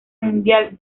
mundial